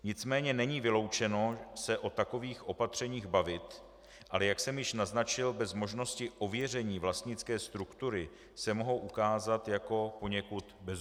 Nicméně není vyloučeno se o takových opatřeních bavit, ale jak jsem již naznačil, bez možnosti ověření vlastnické struktury se mohou ukázat jako poněkud bezzubá.